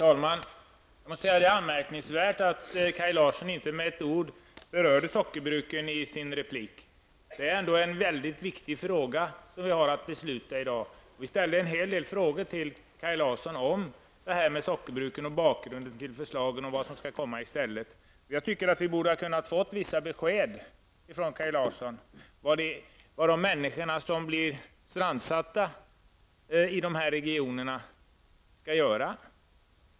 Herr talman! Det är anmärkningsvärt att Kaj Larsson inte med ett ord berörde sockerbruken i sin replik. Det är ändå en väldigt viktig fråga som vi har att besluta om. Vi ställde en hel del frågor till Kaj Larsson om detta med sockerbruken och bakgrunden till förslagen om vad som skall komma i stället. Vi borde ha kunnat få besked från Kaj Larsson om vad de människor som blir strandsatta i dessa regioner skall ta sig till.